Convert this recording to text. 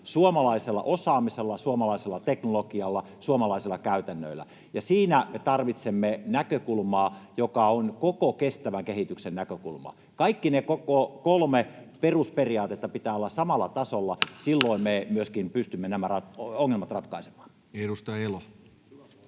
suomalaisella osaamisella, suomalaisella teknologialla, suomalaisilla käytännöillä, ja siinä me tarvitsemme näkökulmaa, joka on koko kestävän kehityksen näkökulma. Kaikki ne kolme perusperiaatetta pitää olla samalla tasolla. Silloin me myöskin pystymme nämä ongelmat ratkaisemaan. Edustaja Elo.